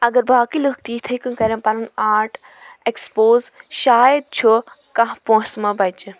اگر باقے لُکھ تہِ یِتھے کنۍ کَریٚن پَنُن آرٹ ایٚکسپوز شاید چھُ کانٛہہ پونٛسہٕ ما بَچہِ